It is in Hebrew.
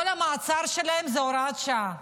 כל המעצר שלהם הוא הוראת שעה,